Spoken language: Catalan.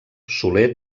soler